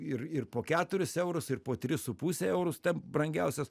ir ir po keturis eurus ir po tris su puse eurus ten brangiausias